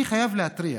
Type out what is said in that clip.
אני חייב להתריע